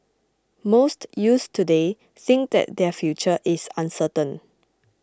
most youths today think that their future is uncertain